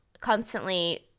constantly